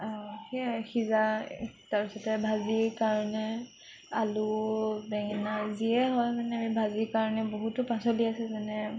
সেয়া সিজা তাৰ পিছতে ভাজিৰ কাৰণে আলু বেঙেনা যিয়ে হয় মানে আমি ভাজিৰ কাৰণে বহুতো পাচলি আছে যেনে